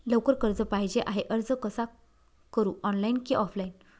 लवकर कर्ज पाहिजे आहे अर्ज कसा करु ऑनलाइन कि ऑफलाइन?